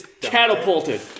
catapulted